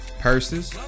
purses